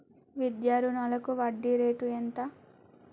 విద్యా రుణాలకు వడ్డీ రేటు ఎంత?